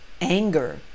Anger